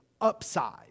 upside